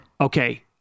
Okay